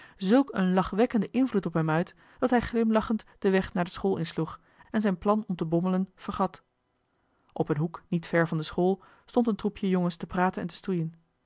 zulk een lachwekkenden invloed op hem uit dat hij glimlachend den weg naar school insloeg en zijn plan om te bommelen vergat op een hoek niet ver van de school stond een troepje jongens te praten en te stoeien